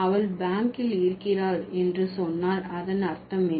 அவள் பேங்க் ல் இருக்கிறாள் என்று சொன்னால் அதன் அர்த்தம் என்ன